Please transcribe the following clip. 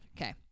Okay